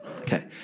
Okay